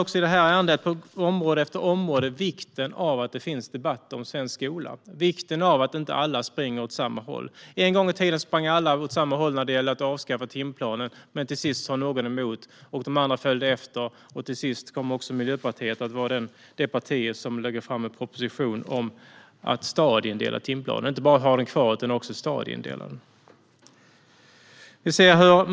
I detta ärende ser man på område efter område vikten av att det finns debatt om svensk skola och vikten av att alla inte springer åt samma håll. En gång i tiden sprang alla åt samma håll när det gällde att avskaffa timplanen. Men till sist sa någon emot, och de andra följde efter. Slutligen blev Miljöpartiet det parti som lade fram en proposition om att stadieindela timplanen - inte bara ha den kvar utan också stadieindela den.